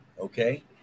okay